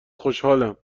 خوشحالم